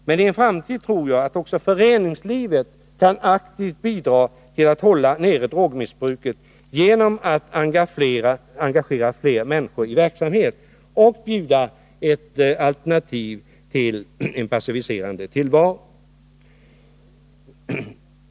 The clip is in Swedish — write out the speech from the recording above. Men jag tror att också föreningslivet i en framtid aktivt kan bidra till att hålla nere drogmissbruket, genom att engagera fler människor i sin verksamhet och erbjuda alternativ till en passiviserande tillvaro.